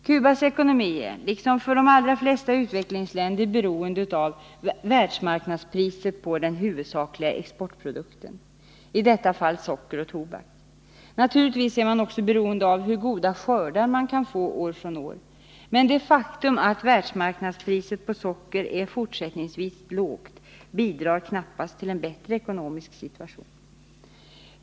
Cubas ekonomi är, liksom för de allra flesta utvecklingsländer, beroende av världsmarknadspriset på den huvudsakliga exportprodukten — i detta fall socker och tobak. Naturligtvis är man också beroende av hur goda skördar man kan få år från år, men det faktum att världsmarknadspriset på socker fortsättningsvis är lågt bidrar knappast till en bättre ekonomisk situation.